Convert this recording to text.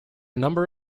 number